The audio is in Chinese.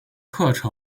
课程